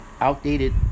outdated